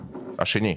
השני?